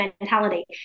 mentality